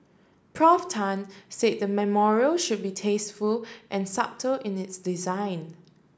Prof Tan said the memorial should be tasteful and subtle in its design